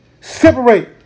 Separate